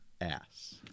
ass